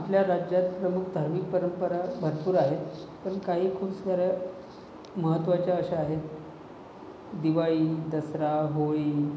आपल्या राज्यात प्रमुख धार्मिक परंपरा भरपूर आहेत पण काही खूप साऱ्या महत्वाच्या अशा आहेत दिवाळी दसरा होळी